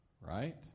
Right